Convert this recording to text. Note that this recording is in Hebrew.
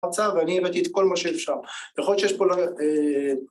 האוצר ואני הבאתי את כל מה שאפשר, יכול להיות שיש פה...